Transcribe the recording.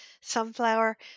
sunflower